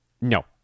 No